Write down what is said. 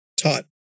taught